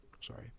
sorry